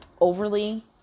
overly